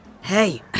Hey